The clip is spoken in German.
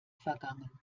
vergangen